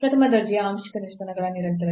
ಪ್ರಥಮ ದರ್ಜೆಯ ಆಂಶಿಕ ನಿಷ್ಪನ್ನಗಳ ನಿರಂತರತೆ